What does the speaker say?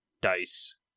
Dice